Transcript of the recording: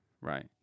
Right